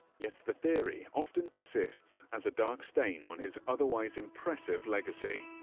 yet, the theory often persists as a dark stain on his otherwise impressive legacy.